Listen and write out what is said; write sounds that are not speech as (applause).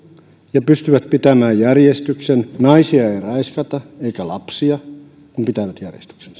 ja he pystyvät pitämään järjestyksen naisia ei raiskata eikä lapsia kun he pitävät järjestyksen (unintelligible)